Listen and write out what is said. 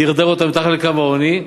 דרדר אותם אל מתחת לקו העוני,